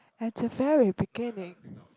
at the very beginning